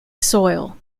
soil